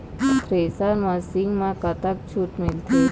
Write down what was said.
Thresher machine म कतक छूट मिलथे?